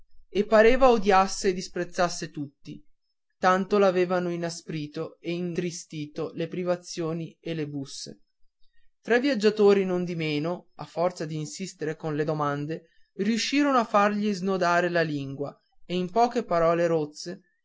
e pareva che odiasse e disprezzasse tutti tanto l'avevano inasprito e intristito le privazioni e le busse tre viaggiatori non di meno a forza d'insistere con le domande riuscirono a fargli snodare la lingua e in poche parole rozze